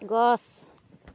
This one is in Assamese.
গছ